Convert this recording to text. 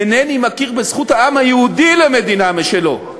אינני מכיר בזכות העם היהודי למדינה משלו,